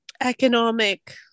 economic